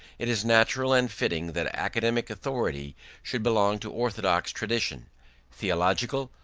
it is natural and fitting that academic authority should belong to orthodox tradition theological,